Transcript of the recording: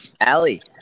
Allie